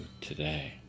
today